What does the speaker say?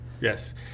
Yes